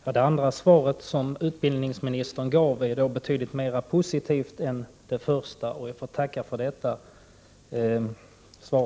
Herr talman! Det andra svaret som utbildningsministern gav var betydligt mera positivt än det första. Jag får tacka för detta svar.